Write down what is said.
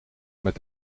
met